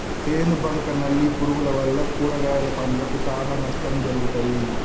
పేను బంక నల్లి పురుగుల వల్ల కూరగాయల పంటకు చానా నష్టం జరుగుతది